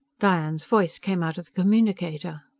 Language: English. diane's voice came out of the communicator.